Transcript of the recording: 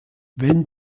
wenn